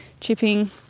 chipping